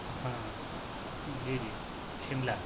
ہاں جی جی شملہ